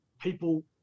people